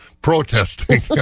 protesting